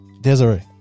Desiree